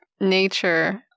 nature